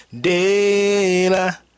Dana